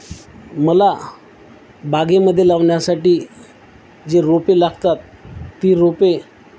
मला बागेमध्ये लावण्यासाठी जे रोपे लागतात ती रोपे